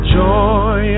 joy